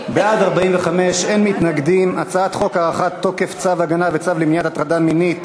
להעביר את הצעת חוק הארכת תוקף צו הגנה וצו למניעת הטרדה מאיימת